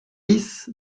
dix